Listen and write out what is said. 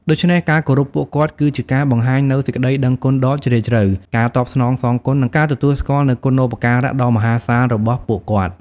ដូច្នេះ ការគោរពពួកគាត់ គឺជាការបង្ហាញនូវសេចក្តីដឹងគុណដ៏ជ្រាលជ្រៅ ការតបស្នងសងគុណ និងការទទួលស្គាល់នូវគុណូបការៈដ៏មហាសាលរបស់ពួកគាត់។